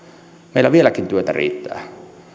meillä vieläkin työtä riittää